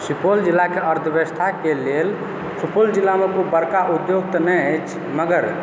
सुपौल जिलाके अर्थव्यवस्थाके लेल सुपौल जिलामे खूब बड़का उद्योग तऽ नहि अछि मगर